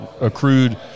accrued